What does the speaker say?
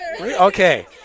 Okay